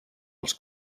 als